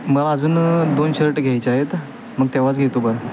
मला अजूनं दोन शर्ट घ्यायच्या आहेत मग तेव्हाच घेतो बरं